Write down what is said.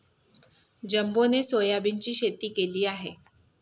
जंबोने सोयाबीनची शेती केली आहे